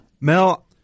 Mel